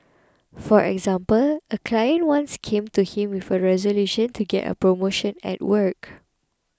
for example a client once came to him with a resolution to get a promotion at work